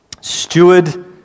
Steward